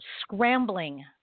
scrambling